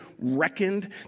reckoned